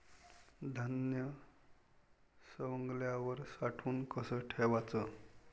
धान्य सवंगल्यावर साठवून कस ठेवाच?